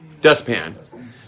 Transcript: dustpan